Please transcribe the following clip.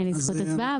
אין לי זכות הצבעה,